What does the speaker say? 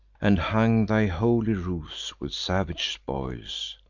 and hung thy holy roofs with savage spoils,